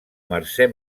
mercè